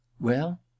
Well